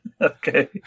Okay